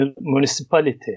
municipality